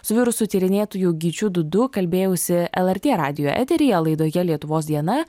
su virusu tyrinėtoju gyčiu dudu kalbėjausi lrt radijo eteryje laidoje lietuvos diena